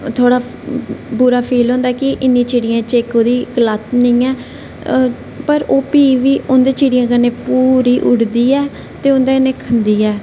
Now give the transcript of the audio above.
थोह्ड़ा बुरा फील होंदा कि इन्नी चिड़ियें च इक ओह्दी लत्त निं ऐ पर ओह् फ्ही बी उं'दी चिड़ियें कन्नै पूरी उड्डदी ऐ ते उं'दे कन्नै खंदी ऐ